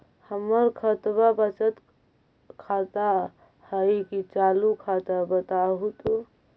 हमर खतबा बचत खाता हइ कि चालु खाता, बताहु तो?